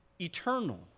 eternal